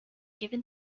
given